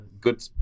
good